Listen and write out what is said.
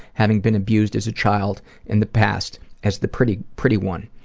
having been abused as a child in the past as the pretty pretty one.